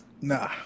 Nah